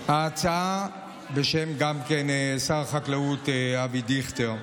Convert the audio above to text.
גם בשם שר החקלאות אבי דיכטר.